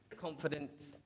confidence